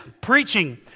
Preaching